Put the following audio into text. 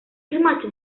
primato